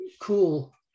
cool